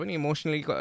emotionally